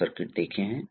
यह सिलेंडर है